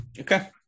Okay